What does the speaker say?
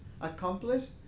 accomplished